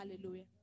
hallelujah